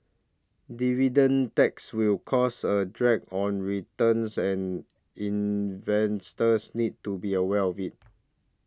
dividend taxes will cause a drag on returns and investors need to be aware of it